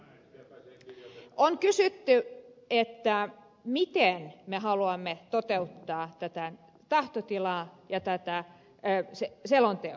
hyvät ystävät on kysytty miten me haluamme toteuttaa tätä tahtotilaa ja tätä selontekoa